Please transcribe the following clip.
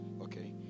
Okay